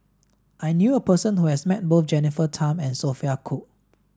I knew a person who has met both Jennifer Tham and Sophia Cooke